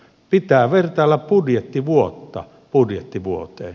pitää vertailla budjettivuotta budjettivuoteen